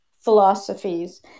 Philosophies